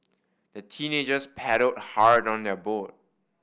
the teenagers paddled hard on their boat